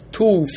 two